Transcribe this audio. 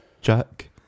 Jack